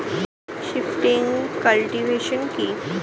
Shifting cultivation কি?